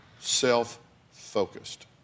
self-focused